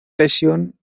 lesión